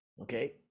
Okay